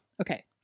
Okay